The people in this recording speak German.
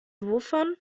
wovon